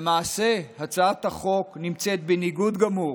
למעשה, הצעת החוק נמצאת בניגוד גמור